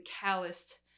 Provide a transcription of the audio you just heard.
calloused